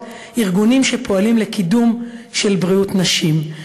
ארגונים שפועלים לקידום של בריאות נשים.